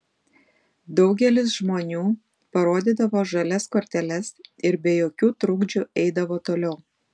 daugelis žmonių parodydavo žalias korteles ir be jokių trukdžių eidavo toliau